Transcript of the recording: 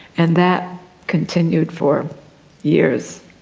and that continued for years.